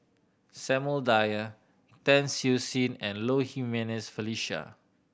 Samuel Dyer Tan Siew Sin and Low Jimenez Felicia